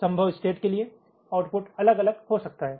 संभव स्टेट के लिए आउटपुट अलग अलग हो सकता है